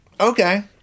Okay